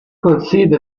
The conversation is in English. conceded